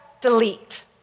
delete